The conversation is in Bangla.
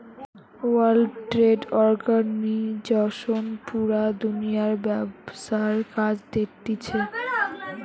ওয়ার্ল্ড ট্রেড অর্গানিজশন পুরা দুনিয়ার ব্যবসার কাজ দেখতিছে